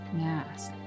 Yes